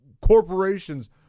corporations